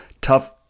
tough